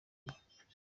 igihe